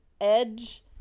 edge